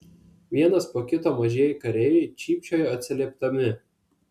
vienas po kito mažieji kareiviai cypčiojo atsiliepdami